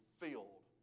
filled